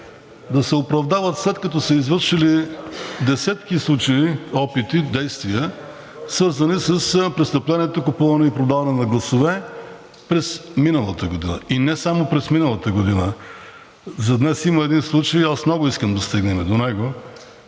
да се оправдават, след като са извършили десетки случаи, опити, действия, свързани с престъплението купуване и продаване на гласове, през миналата година и не само през миналата година. За днес има един случай и много искам да стигнем до него,